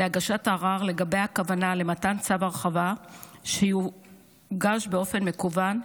להגשת ערר לגבי הכוונה למתן צו הרחבה שיוגש באופן מקוון,